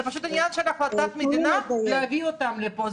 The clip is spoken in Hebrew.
זה פשוט עניין של החלטת מדינה להביא אותם לפה.